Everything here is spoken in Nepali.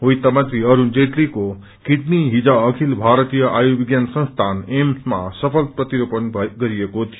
वित्त मंत्री अरूण जेटलीको डिनी हिज औत भारतीय आयुर्विज्ञान संस्थानमा सफल प्रतिरोपण गरिएको थियो